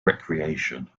recreation